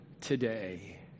today